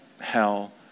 hell